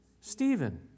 Stephen